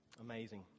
Amazing